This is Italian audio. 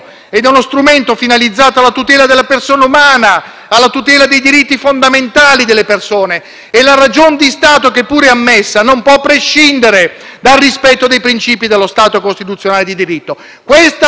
la ragion di Stato, che pure è ammessa, non può prescindere dal rispetto dei principi dello Stato costituzionale di diritto. Questa è la posta in gioco. Inoltre, il sottrarsi alla giurisdizione ordinaria